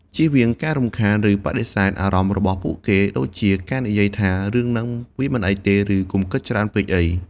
ជៀសវាងការរំខាន ឬបដិសេធអារម្មណ៍របស់ពួកគេ ដូចជាការនិយាយថា រឿងហ្នឹងវាមិនអីទេ ឬ កុំគិតច្រើនពេកអី។